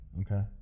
Okay